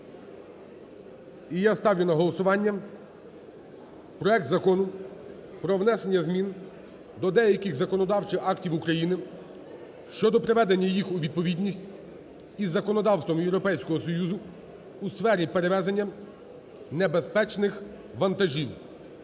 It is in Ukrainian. І я ставлю на голосування проект Закону про внесення змін до деяких законодавчих актів України щодо приведення їх у відповідність із законодавством Європейського Союзу у сфері перевезення небезпечних вантажів